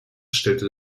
stellte